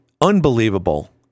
unbelievable